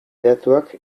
datuak